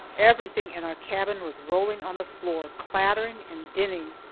everything in our cabin was rolling on the floor, clattering and dinning.